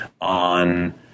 on